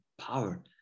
power